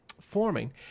forming